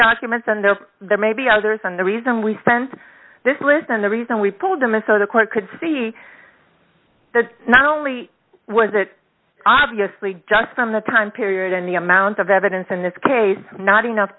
documents and there may be others and the reason we sent this list and the reason we pulled them is so the court could see that not only was it obviously just from the time period and the amount of evidence in this case not enough